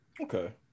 Okay